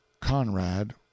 Conrad